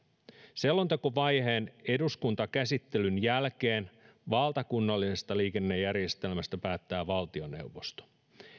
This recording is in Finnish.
selontekovaiheen eduskuntakäsittelyn jälkeen valtakunnallisesta liikennejärjestelmästä päättää valtioneuvosto